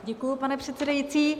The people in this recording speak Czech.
Děkuji, pane předsedající.